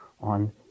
on